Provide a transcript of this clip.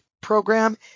program